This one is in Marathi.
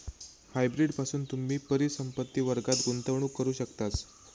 हायब्रीड पासून तुम्ही परिसंपत्ति वर्गात गुंतवणूक करू शकतास